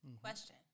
Question